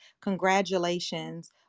Congratulations